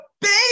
baby